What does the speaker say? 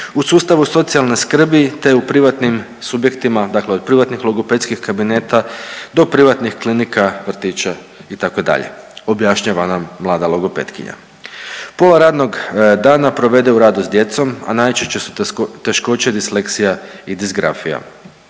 u sustavu socijalne skrbi, te u privatnim subjektima, dakle od privatnih logopedskih kabineta do privatnih klinika, vrtića itd. objašnjava nam mlada logopetkinja. Pola radnog dana provede u radu sa djecom, a najčešće su teškoće disleksija i disgrafija.